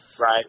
Right